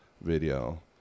video